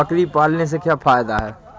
बकरी पालने से क्या फायदा है?